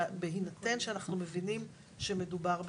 בהינתן שאנחנו מבינים שמדובר בפליטים.